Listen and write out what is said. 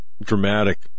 Dramatic